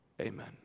Amen